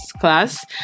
class